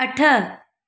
अठ